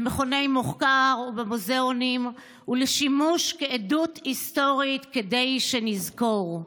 במכוני מחקר ובמוזיאונים ולשימוש כעדות היסטורית כדי שנזכור,